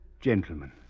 Gentlemen